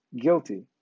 guilty